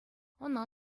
ӑна